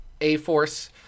A-Force